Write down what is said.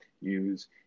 use